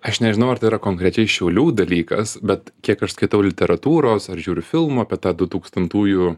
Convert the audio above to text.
aš nežinau ar tai yra konkrečiai šiaulių dalykas bet kiek aš skaitau literatūros ar žiūriu filmų apie tą dutūkstantųjų